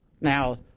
Now